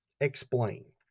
explain